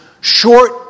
short